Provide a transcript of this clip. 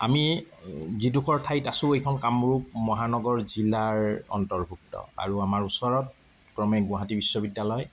আমি যিডোখৰ ঠাইত আছোঁ এইখন কামৰূপ মহানগৰ জিলাৰ অন্তৰ্ভুক্ত আৰু আমাৰ ওচৰত ক্ৰমে গুৱাহাটী বিশ্ববিদ্যালয়